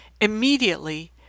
Immediately